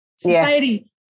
society